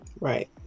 Right